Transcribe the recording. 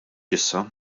issa